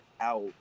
out